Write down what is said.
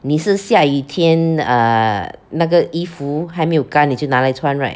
你是下雨天 err 那个衣服还没有干你就拿来穿 right